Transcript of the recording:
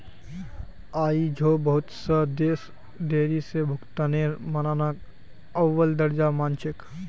आई झो बहुत स देश देरी स भुगतानेर मानकक अव्वल दर्जार मान छेक